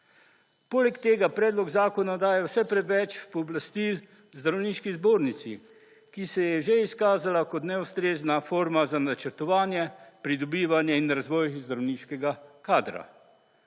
Poleg tega predlog zakona daje vse preveč pooblastil zdravniški zbornici, ki se je že izkazala kot neustrezna forma za načrtovanje, pridobivanje in razvoj zdravniškega kadra.